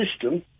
system